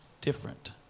different